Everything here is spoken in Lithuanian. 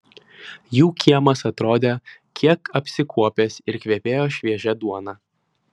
jų kiemas atrodė kiek apsikuopęs ir kvepėjo šviežia duona